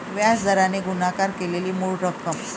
व्याज दराने गुणाकार केलेली मूळ रक्कम